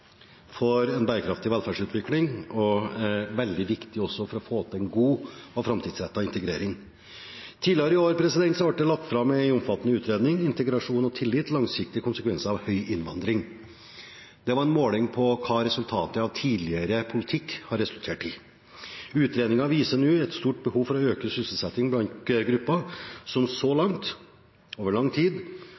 for en bærekraftig velferdsutvikling og veldig viktig for å få til en god og framtidsrettet integrering. Tidligere i år ble det lagt fram en omfattende utredning, «Integrasjon og tillit, langsiktige konsekvenser av høy innvandring». Det er en måling av hva tidligere politikk har resultert i. Utredningen viser et stort behov nå for å øke sysselsettingen blant grupper som så langt, over lang tid,